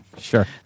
sure